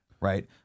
right